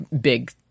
big